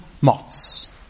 moths